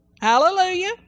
Hallelujah